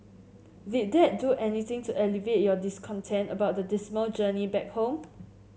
did that do anything to alleviate your discontent about the dismal journey back home